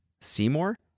Seymour